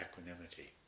equanimity